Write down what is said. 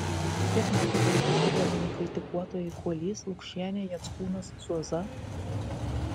kiek mokytoju išdirbo mano kritikuotojai kuolys lukšienė jackūnas zuoza